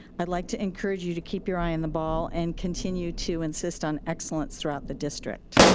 i'd like to encourage you to keep your eye on the ball and continue to insist on excellence throughout the district.